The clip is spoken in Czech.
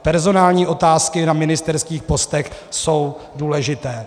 Personální otázky na ministerských postech jsou důležité.